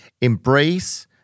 embrace